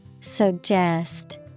Suggest